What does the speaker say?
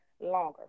longer